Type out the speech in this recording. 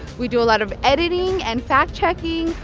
we do a lot of editing and fact-checking.